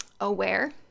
aware